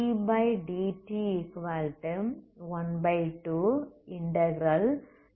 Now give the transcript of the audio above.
ஆகவே dEdt122w